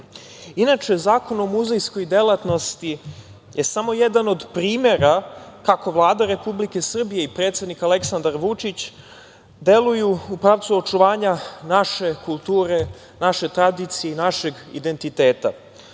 zakona. Inače, Zakon o muzejskoj delatnosti je samo jedan od primera kako Vlada Republike Srbije i predsednik Aleksandar Vučić deluju u pravcu očuvanja naše kulture, naše tradicije i našeg identiteta,